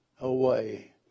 away